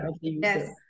Yes